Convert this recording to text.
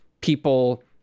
people